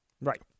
Right